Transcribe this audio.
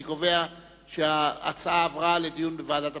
אני קובע שההצעה עברה לדיון בוועדת הפנים.